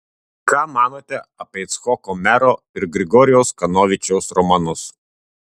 ką manote apie icchoko mero ir grigorijaus kanovičiaus romanus